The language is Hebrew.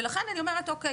ולכן אני אומרת אוקיי,